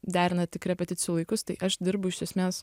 derina tik repeticijų laikus tai aš dirbu iš esmės